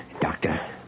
doctor